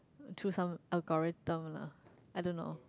through some algorithm lah I don't know